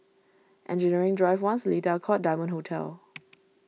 Engineering Drive one Seletar Court and Diamond Hotel